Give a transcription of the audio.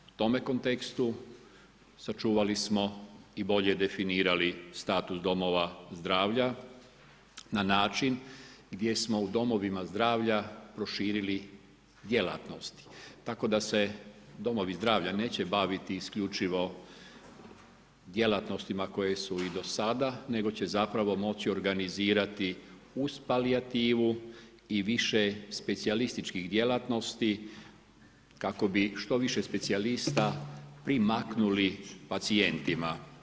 U tome kontekstu sačuvali smo i bolje definirali status domova zdravlja na način gdje smo u domovima zdravlja proširili djelatnosti tako da se domovi zdravlja neće baviti isključivo djelatnostima koje su i do sada, nego će zapravo moći organizirati, uz palijativu i više specijalističkih djelatnosti kako bi što više specijalista primaknuli pacijentima.